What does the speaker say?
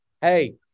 hey